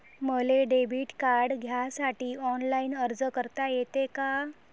मले debit card घ्यासाठी online अर्ज करता येते का?